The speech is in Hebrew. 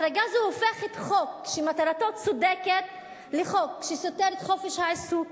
החרגה זו הופכת חוק שמטרתו צודקת לחוק שסותר את חופש העיסוק,